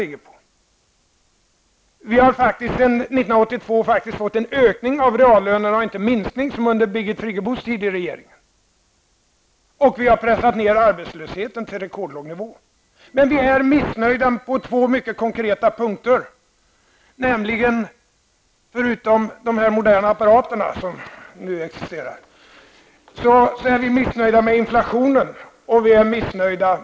Vi har sedan 1982 faktiskt fått en ökning av reallönerna och inte en minskning, som under Birgit Friggebos tid i regeringen. Vi har pressat ner arbetslösheten till en rekordlåg nivå. Men vi är missnöjda på två mycket konkreta punkter, nämligen i fråga om inflationen och tillväxten.